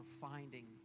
finding